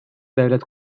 devlet